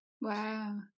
wow